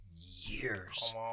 years